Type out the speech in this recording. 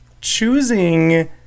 choosing